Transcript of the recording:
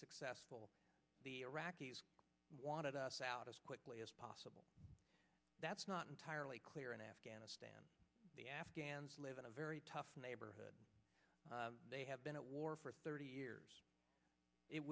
successful the iraqis wanted us out as quickly as possible that's not entirely clear in afghanistan the afghans live in a very tough neighborhood they have been at war for thirty years it